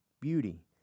beauty